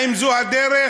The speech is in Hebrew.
האם זו הדרך?